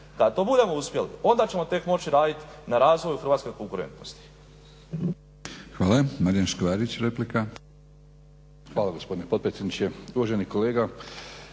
kada to budemo uspjeli onda ćemo tek moći raditi na razvoju hrvatske konkurentnosti.